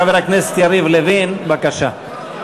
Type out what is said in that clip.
חבר הכנסת יריב לוין, בבקשה.